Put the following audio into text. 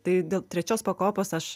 tai dėl trečios pakopos aš